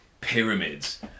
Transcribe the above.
pyramids